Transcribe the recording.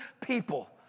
people